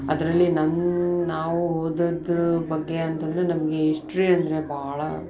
ಅದರಲ್ಲಿ ನನ್ನ ನಾವು ಓದೋದ್ರ ಬಗ್ಗೆ ಅಂತಂದರೆ ನಮಗೆ ಇಸ್ಟ್ರಿ ಅಂದರೆ ಭಾಳ